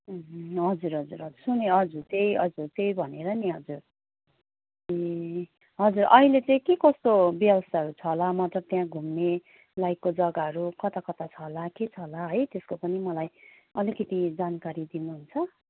ए हजुर हजुर हजुर सुने हजुर त्यही हजुर त्यही भनेर नि हजुर ए हजुर अहिले चाहिँ के कस्तो व्यवस्थाहरू छ होला मतलब त्यहाँ घुम्ने लाइकको जगाहरू कता कता छ होला के छ होला है त्यसको पनि मलाई अलिकति जानकारी दिनु हुन्छ